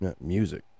music